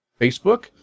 Facebook